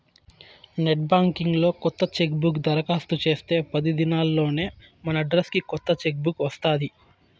net banking లో కొత్త chequebook దరకాస్తు చేస్తే పది దినాల్లోనే మనడ్రస్కి కొత్త చెక్ బుక్ వస్తాది